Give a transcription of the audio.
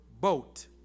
boat